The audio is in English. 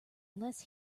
less